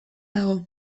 dago